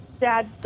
Dad